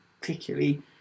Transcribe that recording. particularly